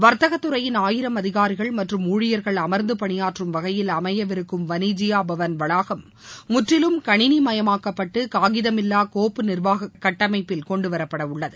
வர்த்தக துறையின் ஆயிரம் அதிகாரிகள் மற்றும் ஊழியர்கள் அமர்ந்து பணியாற்றும் வகையில் அமையவிருக்கும் வனிஜியா பவன் வளாகம் முற்றிலும் கணினி மயமாக்கப்பட்டு காகிதமில்லா கோப்பு நீர்வாக கட்டமைப்பில் கொண்டுவரப்படவுள்ளது